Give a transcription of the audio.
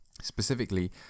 specifically